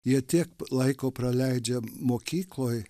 jie tiek laiko praleidžia mokykloj